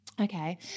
Okay